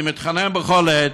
אני מתחנן בכל עת: